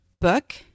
book